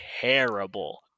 terrible